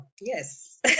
yes